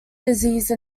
disease